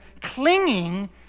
clinging